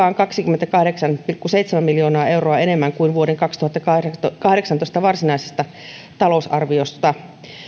on kaksikymmentäkahdeksan pilkku seitsemän miljoonaa euroa enemmän kuin vuoden kaksituhattakahdeksantoista varsinaisessa talousarviossa